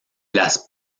las